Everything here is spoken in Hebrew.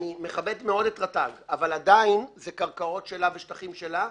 אני מכבד מאוד את רט"ג אבל עדין זה קרקעות שלה ושטחים שלה.